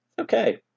Okay